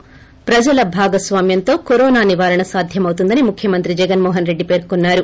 ి ప్రజల భాగస్వామ్యంతో కరోనా నివారణ సాధ్యమవుతుందని ముఖ్యమంత్రి జగన్మోహన్ రెడ్డి పేర్కొన్నారు